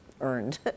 earned